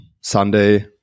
Sunday